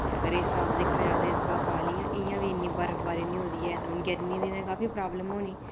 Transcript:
ते अगर इस साल दिक्खेआ जा ते इस साल इ'यां इ'यां बी इन्नी बर्फबारी निं होई दी ऐ ते हून गर्मियें दे दिनें काफी प्राब्लम होनी